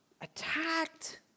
attacked